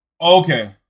Okay